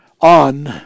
on